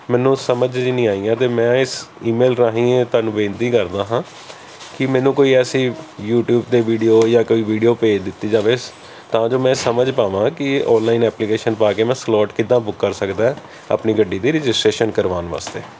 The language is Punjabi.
ਮੈਨੂੰ ਸਮਝ ਹੀ ਨਹੀਂ ਆਈਆਂ ਅਤੇ ਮੈਂ ਇਸ ਈਮੇਲ ਰਾਹੀਂ ਇਹ ਤੁਹਾਨੂੰ ਬੇਨਤੀ ਕਰਦਾ ਹਾਂ ਕਿ ਮੈਨੂੰ ਕੋਈ ਐਸੀ ਯੂਟੀਊਬ 'ਤੇ ਵੀਡੀਓ ਜਾਂ ਕੋਈ ਵੀਡੀਓ ਭੇਜ ਦਿੱਤੀ ਜਾਵੇ ਤਾਂ ਜੋ ਮੈਂ ਸਮਝ ਪਾਵਾਂ ਕਿ ਓਨਲਾਈਨ ਐਪਲੀਕੇਸ਼ਨ ਪਾ ਕੇ ਮੈਂ ਸਲੋਟ ਕਿੱਦਾਂ ਬੁੱਕ ਕਰ ਸਕਦਾ ਆਪਣੀ ਗੱਡੀ ਦੀ ਰਜਿਸਟਰੇਸ਼ਨ ਕਰਵਾਉਣ ਵਾਸਤੇ